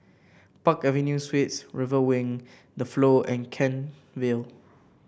Park Avenue Suites River Wing The Flow and Kent Vale